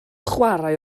chwarae